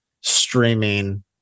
streaming